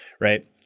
right